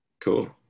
cool